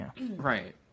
Right